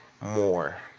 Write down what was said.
more